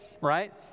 right